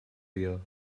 year